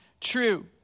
true